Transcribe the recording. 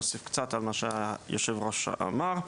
קצת על מה שיושב הראש אמר,